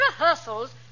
rehearsals